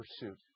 pursuit